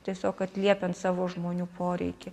tiesiog atliepiant savo žmonių poreikį